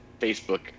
Facebook